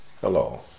hello